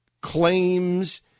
claims